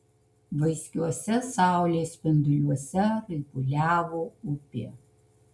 vaiskiuose saulės spinduliuose raibuliavo upė